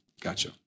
Gotcha